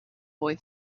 boy